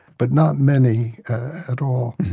but not many at all.